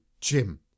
Jim